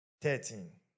Thirteen